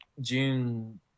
June